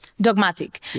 dogmatic